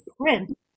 print